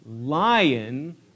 lion